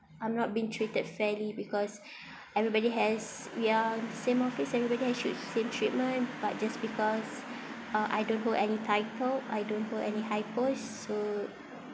I'm not been treated fairly because everybody has we are same office everybody have should same treatment but just because uh I don't hold any title I don't hold any high post so